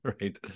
right